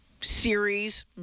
Series